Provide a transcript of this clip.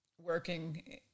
working